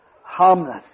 harmless